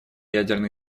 ядерные